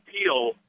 appeal